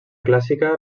clàssica